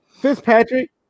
Fitzpatrick